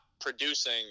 producing